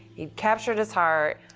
hed captured his heart,